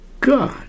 God